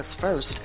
first